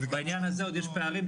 בעניין הזה עוד יש פערים,